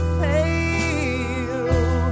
pale